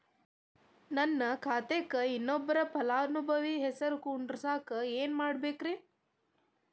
ನನ್ನ ಖಾತೆಕ್ ಇನ್ನೊಬ್ಬ ಫಲಾನುಭವಿ ಹೆಸರು ಕುಂಡರಸಾಕ ಏನ್ ಮಾಡ್ಬೇಕ್ರಿ?